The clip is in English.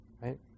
right